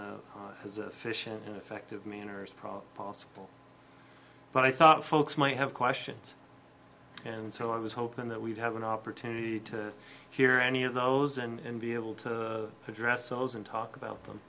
and as efficient and effective manner is probably possible but i thought folks might have questions and so i was hoping that we'd have an opportunity to hear any of those and be able to address those and talk about them